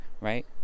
Right